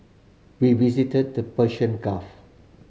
we visited the Persian Gulf